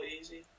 easy